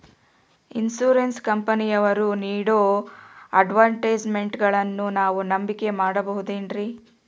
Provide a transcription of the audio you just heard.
Insurance ಕಂಪನಿಯವರು ನೇಡೋ ಅಡ್ವರ್ಟೈಸ್ಮೆಂಟ್ಗಳನ್ನು ನಾವು ನಂಬಿಕೆ ಮಾಡಬಹುದ್ರಿ?